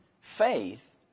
faith